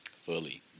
fully